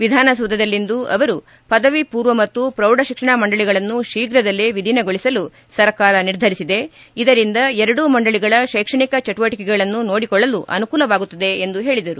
ವಿಧಾನಸೌಧದಲ್ಲಿಂದು ಅವರು ಪದವಿ ಪೂರ್ವ ಮತ್ತು ಪ್ರೌಢಶಿಕ್ಷಣ ಮಂಡಳಗಳನ್ನು ತೀಪುದಲ್ಲೇ ವಿಲೀನಗೊಳಸಲು ಸರ್ಕಾರ ನಿರ್ಧರಿಸಿದೆ ಇದರಿಂದ ಎರಡೂ ಮಂಡಳಿಗಳ ಶೈಕ್ಷಣಿಕ ಚಟುವಟಿಕೆಗಳನ್ನು ನೋಡಿಕೊಳ್ಳಲು ಅನುಕೂಲವಾಗುತ್ತದೆ ಎಂದು ಹೇಳಿದರು